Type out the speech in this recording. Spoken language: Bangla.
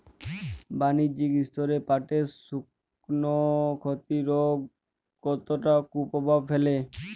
বাণিজ্যিক স্তরে পাটের শুকনো ক্ষতরোগ কতটা কুপ্রভাব ফেলে?